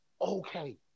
okay